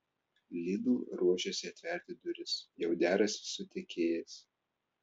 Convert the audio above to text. lidl ruošiasi atverti duris jau derasi su tiekėjais